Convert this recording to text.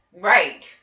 right